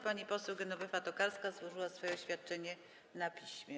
Pani poseł Genowefa Tokarska złożyła swoje oświadczenie na piśmie.